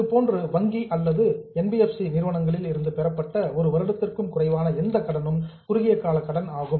இது போன்று வங்கி அல்லது என் பி எஃப் சி நிறுவனங்களில் இருந்து பெறப்பட்ட ஒரு வருடத்திற்கு குறைவான எந்த ஒரு கடனும் குறுகிய கால கடன் ஆகும்